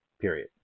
Period